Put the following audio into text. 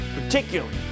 particularly